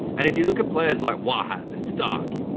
and if you look at players like wahab and starc,